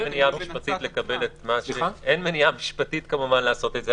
כמובן שאין מניעה משפטית לעשות את זה,